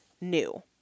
new